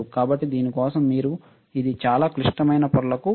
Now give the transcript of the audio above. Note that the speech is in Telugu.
కాబట్టి దీని కోసం మీరు ఇది చాలా క్లిష్టమైన పొరలకు వెళుతుంది